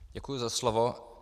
Děkuji za slovo.